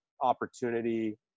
opportunity